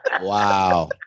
Wow